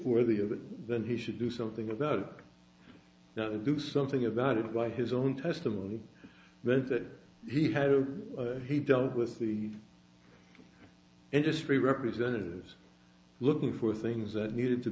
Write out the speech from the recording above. worthy of it then he should do something about it now to do something about it was his own testimony that he had he dealt with the industry representatives looking for things that needed to